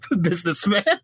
businessman